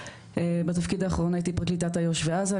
בתפקיד האחרון הייתי פרקליטת איו"ש ועזה,